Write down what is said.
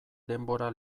denbora